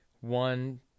one